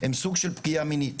הם סוג של פגיעה מינית